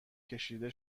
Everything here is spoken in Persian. کشیده